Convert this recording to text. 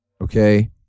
okay